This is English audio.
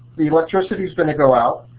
the electricity's going to go out,